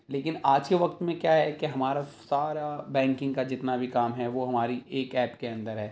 لیکن آج کے وقت میں کیا ہے کہ ہمارا سارا بینکنگ کا جتنا بھی کام ہے وہ ہماری ایک ایپ کے اندر ہے